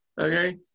Okay